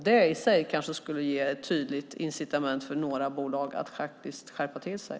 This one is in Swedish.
Det kanske skulle ge ett tydligt incitament för några bolag att skärpa sig.